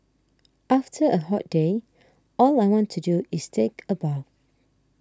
after a hot day all I want to do is take a bath